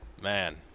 Man